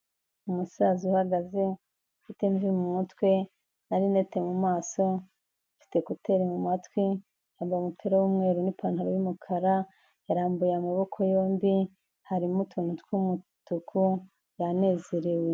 Umusaza uhagaze, ufite imvi mu mutwe na rinete mu maso, afite ekuteri mu matwi, yambaye umupira w'umweru n'ipantaro y'umukara, yarambuye amaboko yombi harimo utuntu tw'umutuku yanezerewe.